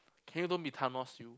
can you don't be Thanos you